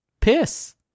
piss